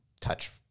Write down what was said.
touch